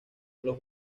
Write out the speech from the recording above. los